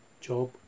job